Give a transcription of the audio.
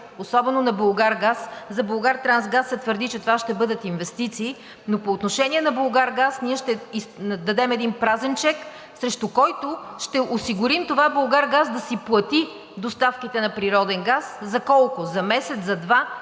особено на „Булгаргаз“ – за „Булгартрансгаз“ се твърди, че това ще бъдат инвестиции, но по отношение на „Булгаргаз“ ние ще дадем един празен чек, срещу който ще осигурим това „Булгаргаз“ да си плати доставките на природен газ. За колко – за месец, за два,